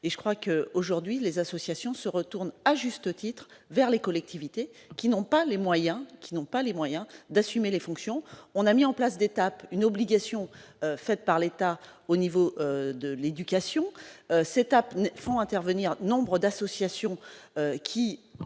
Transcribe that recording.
et je crois que, aujourd'hui, les associations se retourne, à juste titre, vers les collectivités qui n'ont pas les moyens, qui n'ont pas les moyens d'assumer les fonctions, on a mis en place d'étape une obligation faite par l'État au niveau de l'éducation, c'est font intervenir, nombre d'associations qui,